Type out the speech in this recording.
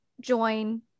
join